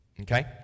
Okay